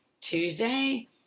Tuesday